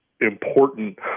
important